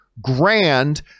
grand